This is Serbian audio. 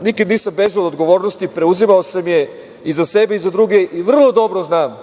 nikad nisam bežao od odgovornosti, preuzimao sam je i za sebe i za druge i vrlo dobro znam